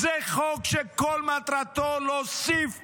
זה חוק שכל מטרתו להוסיף מקורבים,